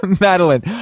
Madeline